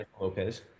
Lopez